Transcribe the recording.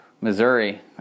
Missouri